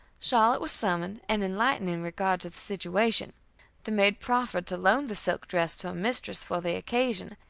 charlotte was summoned, and enlightened in regard to the situation the maid proffered to loan the silk dress to her mistress for the occasion,